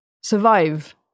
survive